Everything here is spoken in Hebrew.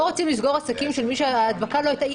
רוצים לסגור עסקים של מי שההדבקה לא הייתה,